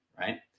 right